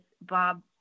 bob